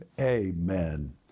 amen